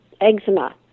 eczema